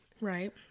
right